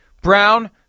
Brown